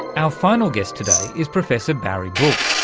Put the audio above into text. our final guest today is professor barry brook,